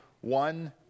one